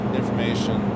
information